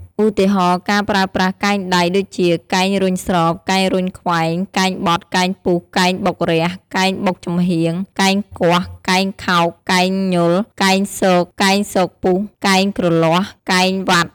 ឧទាហរណ៍ ការប្រើប្រាសកែងដៃដូចជា កែងរុញស្រប កែងរុញខ្វែង កែងបត់ កែងពុះ កែងបុករះ កែងបុកចំហៀង កែងគាស់ កែងខោក កែងញុល កែងស៊ក កែងស៊កពុះ កែងគ្រលាស់ កែងវាត់ ....។